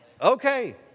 Okay